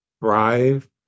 thrive